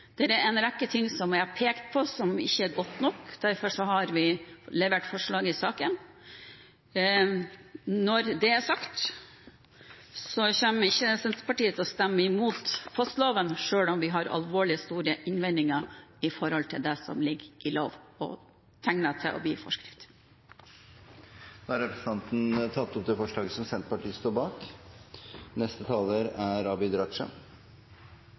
er en rekke ting jeg har pekt på, som ikke er godt nok, og derfor har vi levert forslag i saken. Når det er sagt, kommer ikke Senterpartiet til å stemme imot postloven selv om vi har alvorlige, store innvendinger mot det som ligger i loven, og som tegner til å bli forskrift. Representanten Janne Sjelmo Nordås har tatt opp det forslaget